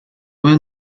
well